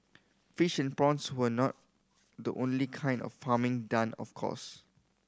fish and prawns were not the only kind of farming done of course